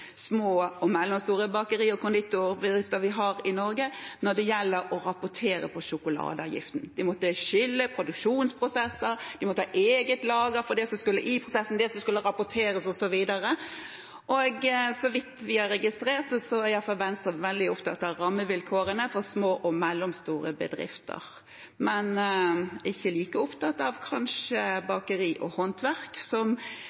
små og mellomstore bakeri- og konditorbedrifter vi har i Norge, å rapportere på sjokoladeavgiften. De måtte skille produksjonsprosesser, de måtte ha eget lager for det som skulle i prosessen, det som skulle rapporteres osv. Så vidt vi har registrert, er i hvert fall Venstre veldig opptatt av rammevilkårene for små og mellomstore bedrifter, men kanskje ikke like opptatt av bakeri og håndverk, som,